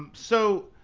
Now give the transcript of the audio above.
so,